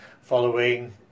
following